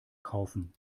kaufen